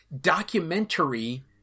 documentary